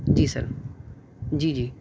جی sir جی جی